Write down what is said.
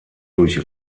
durch